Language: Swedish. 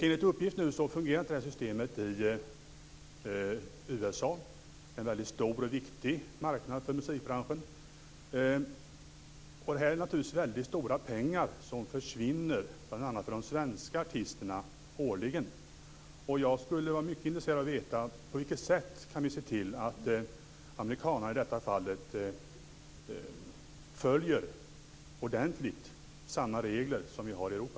Enligt uppgift fungerar nu inte det här systemet i USA, en väldigt stor och viktig marknad för musikbranschen. Det handlar naturligtvis om väldigt stora pengar som försvinner årligen, bl.a. för de svenska artisterna. Jag skulle vara mycket intresserad av att veta på vilket sätt vi kan se till att amerikanerna i detta fall ordentligt följer samma regler som vi har i Europa.